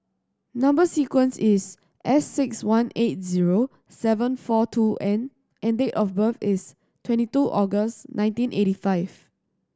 number sequence is S six one eight zero seven four two N and date of birth is twenty two August nineteen eighty five